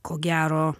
ko gero